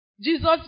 Jesus